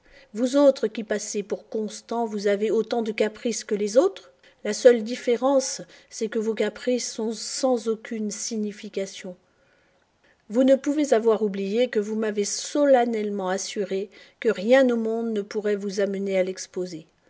vous autres qui passez pour constants vous avez autant de caprices que les autres la seule différence c'est que vos caprices sont sans aucune signification vous ne pouvez avoir oublié que vous m'avez solennellement assuré que rien au monde ne pourrait vous amener à l'exposer